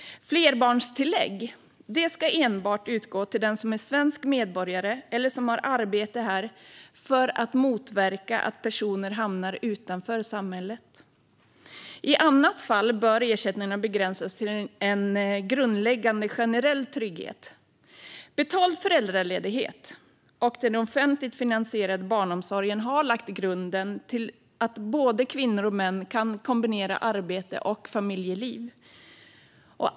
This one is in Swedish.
För att motverka att personer hamnar utanför samhället ska flerbarnstillägg enbart utgå till den som är svensk medborgare eller den som har arbete här. I andra fall bör ersättningarna begränsas till en grundläggande generell trygghet. Betald föräldraledighet och den offentligt finansierade barnomsorgen har lagt grunden för att både kvinnor och män kan kombinera arbete och familjeliv.